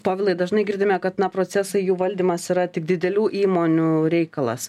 povilai dažnai girdime kad na procesai jų valdymas yra tik didelių įmonių reikalas